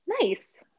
nice